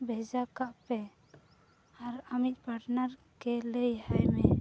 ᱵᱷᱮᱡᱟ ᱠᱟᱜ ᱯᱮ ᱟᱨ ᱟᱢᱤᱡ ᱜᱮ ᱞᱟᱹᱭᱟᱭ ᱢᱮ